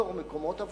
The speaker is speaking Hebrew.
שתיצור מקומות עבודה,